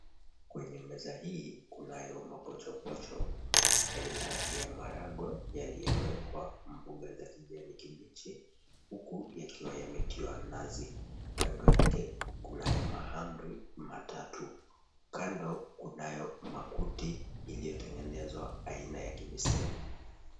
Kwenye meza hii, kunayo mapochopocho aina ya maharagwe yaliyowekwa mboga za kijani kibichi huku yakiwa yametiwa nazi. Kando yake kunayo mahamri matatu. Kando kunayo makuti iliyotengenezwa aina ya kibeseni.